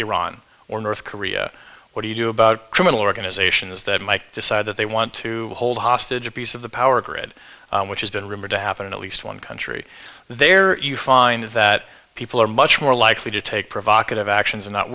iran or north korea what do you do about criminal organizations that might decide that they want to hold hostage a piece of the power grid which has been rumored to happen in at least one country there you find that people are much more likely to take provocative actions and not